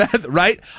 Right